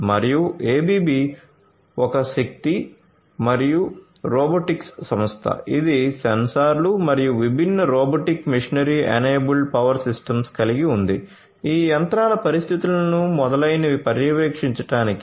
మరియు ABB ఒక శక్తి మరియు రోబోటిక్స్ సంస్థ ఇది సెన్సార్లు మరియు విభిన్న robotic machinery enabled power systems కలిగి ఉంది ఈ యంత్రాల పరిస్థితులను మొదలైనవి పర్యవేక్షించడానికి